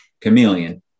chameleon